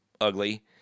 ugly